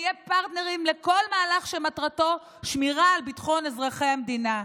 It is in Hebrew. נהיה פרטנרים לכל מהלך שמטרתו שמירה על ביטחון אזרחי המדינה.